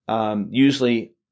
usually